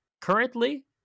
Currently